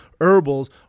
Herbals